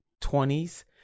20s